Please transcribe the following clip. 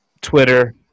Twitter